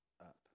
up